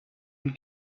and